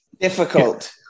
Difficult